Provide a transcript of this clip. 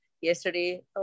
yesterday